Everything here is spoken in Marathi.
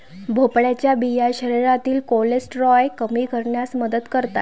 भोपळ्याच्या बिया शरीरातील कोलेस्टेरॉल कमी करण्यास मदत करतात